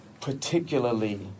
particularly